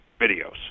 videos